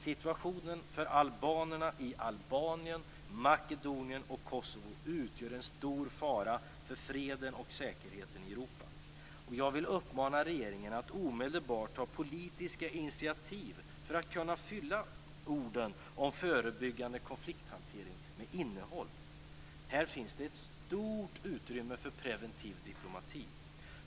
Situationen för albanerna i Albanien, Makedonien och Kosovo utgör en stor fara för freden och säkerheten i Europa. Jag vill uppmana regeringen att omedelbart ta politiska initiativ för att kunna fylla orden om förebyggande konflikthantering med innehåll. Här finns det ett stort utrymme för preventiv diplomati.